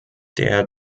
der